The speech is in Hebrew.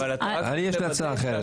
אני יש לי הצעה אחרת.